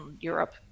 Europe